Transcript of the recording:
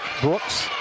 Brooks